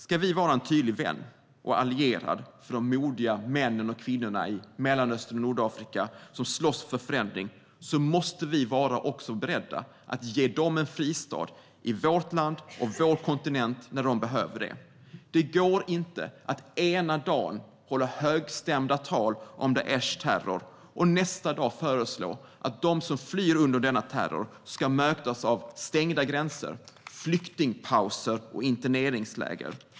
Ska vi vara en tydlig vän och allierad till de modiga män och kvinnor i Mellanöstern och Nordafrika som slåss för förändring måste vi också vara beredda att ge dem en fristad i vårt land och vår kontinent när de behöver det. Det går inte att ena dagen hålla högstämda tal om Daishs terror och nästa dag föreslå att de som flyr undan denna terror ska mötas av stängda gränser, flyktingpauser och interneringsläger.